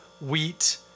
wheat